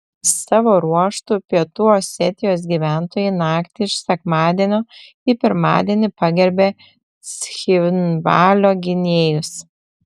savo ruožtu pietų osetijos gyventojai naktį iš sekmadienio į pirmadienį pagerbė cchinvalio gynėjus